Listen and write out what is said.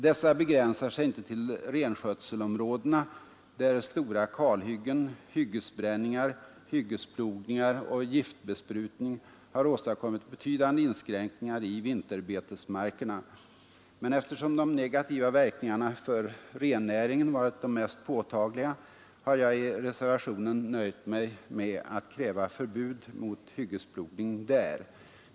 Dessa begränsar sig inte till renskötselområdena, där stora kalhyggen, hyggesbränningar, hyggesplogningar och giftbesprutning åstadkommit betydande inskränkningar i vinterbetesmarkerna. Men eftersom de negativa verkningarna för rennäringen varit de mest påtagliga, har jag i reservationen nöjt mig med att kräva förbud mot hyggesplogning där.